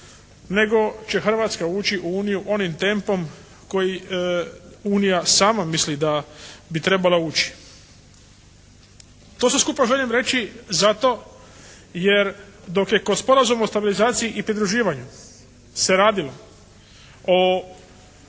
nego će Hrvatska ući u Uniju onim tempom koji Unija sama misli da bi trebala ući. To sve skupa želim reći zato jer dok je kod Sporazuma o stabilizaciji i pridruživanju se radilo o